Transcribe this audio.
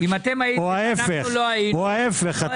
או ההפך.